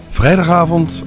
Vrijdagavond